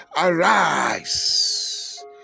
arise